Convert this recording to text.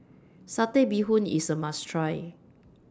Satay Bee Hoon IS A must Try